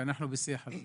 אנחנו בשיח על זה.